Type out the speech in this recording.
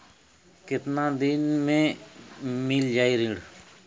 कितना दिन में मील जाई ऋण?